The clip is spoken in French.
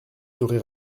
serez